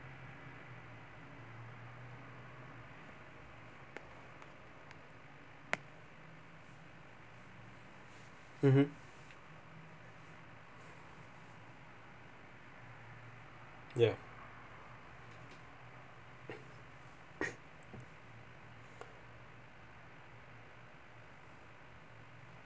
mmhmm ya